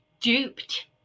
duped